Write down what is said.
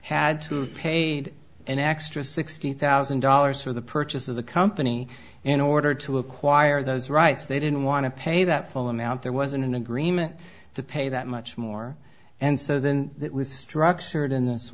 had to pay an extra sixty thousand dollars for the purchase of the company in order to acquire those rights they didn't want to pay that full amount there wasn't an agreement to pay that much more and so then that was structured in this